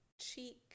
cheek